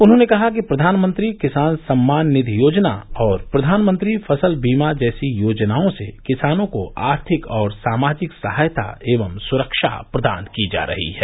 उन्होंने कहा कि प्रधानमंत्री किसान सम्मान निधि योजना और प्रधानमंत्री फसल बीमा जैसी योजनाओं से किसानों को आर्थिक और सामाजिक सहायता एवं सुरक्षा प्रदान की जा रही है